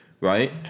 Right